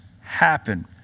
happen